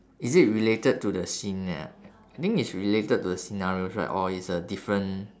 is it related to the scena~ I think it's related to the scenarios right or it's a different